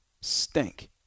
stink